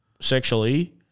sexually